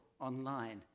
online